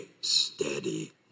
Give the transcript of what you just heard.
steady